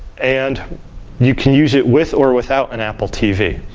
and you can use it with or without an apple tv.